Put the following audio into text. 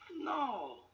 No